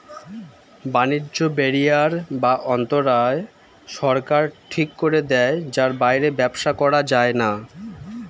বাণিজ্য ব্যারিয়ার বা অন্তরায় সরকার ঠিক করে দেয় যার বাইরে ব্যবসা করা যায়না